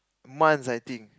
months I think